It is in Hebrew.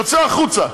יוצא החוצה,